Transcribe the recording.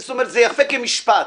זה יפה כמשפט.